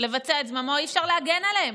לבצע את זממו, אי-אפשר להגן עליהן.